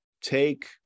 take